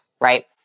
right